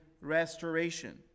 restoration